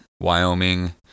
wyoming